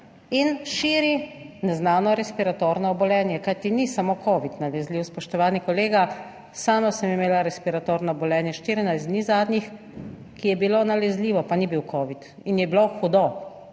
in širi neznano respiratorno obolenje. Kajti, ni samo covid nalezljiv, spoštovani kolega. Sama sem imela respiratorno obolenje 14 dni zadnjih, ki je bilo nalezljivo, pa ni bil covid in je bilo hudo